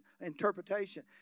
interpretation